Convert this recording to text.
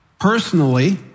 Personally